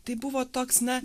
tai buvo toks na